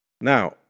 Now